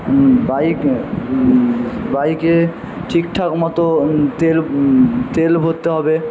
bike বাইকে ঠিকঠাক মত তেল তেল ভরতে হবে